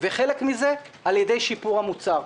וחלק ייעשה על ידי שיפור המוצר.